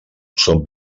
són